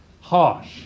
Harsh